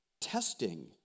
testing